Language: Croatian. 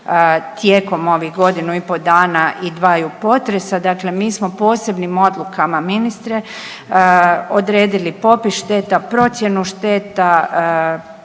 tijekom ovih godinu i po dana i dvaju potresa, dakle mi smo posebnim odlukama ministre odredili popis šteta, procjenu šteta,